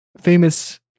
famous